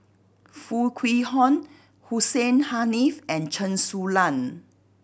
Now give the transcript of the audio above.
Foo Kwee Horng Hussein Haniff and Chen Su Lan